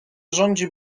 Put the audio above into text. rządzi